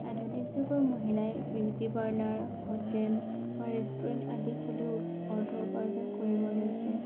আধুনিক যুগৰ মহিলাই বিউটি পাৰ্লাৰ হটেল বা ৰেষ্টুৰেণ্ট আদি খুলিও অৰ্থ উপাৰ্জন কৰিব লৈছে